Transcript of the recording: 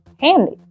Handy